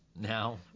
Now